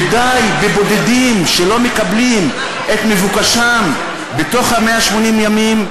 ודי בבודדים שלא מקבלים את מבוקשם בתוך 180 הימים.